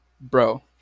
Bro